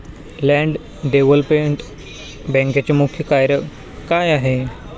Land development बँकेचे मुख्य कार्य काय आहे?